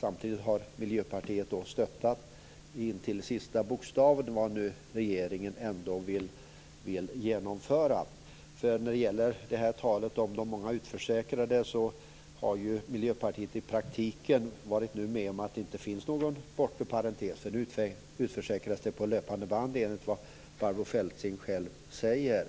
Samtidigt har Miljöpartiet stöttat intill sista bokstaven vad regeringen vill genomföra. När det gäller talet om de många utförsäkrade har ju Miljöpartiet i praktiken varit med om att se till att det inte finns någon bortre parentes. Nu utförsäkras det på löpande band enligt vad Barbro Feltzing själv säger.